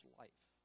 life